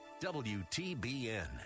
WTBN